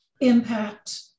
impact